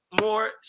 more